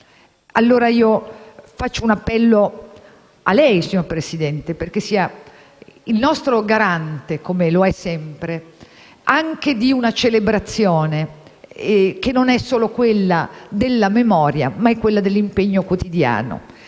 allora, un appello a lei, signor Presidente, perché sia il nostro garante, come lo è sempre, anche di una celebrazione che non è solo quella della memoria, ma è quella dell'impegno quotidiano.